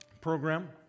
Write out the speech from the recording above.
program